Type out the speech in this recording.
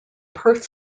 perth